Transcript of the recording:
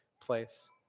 place